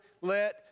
let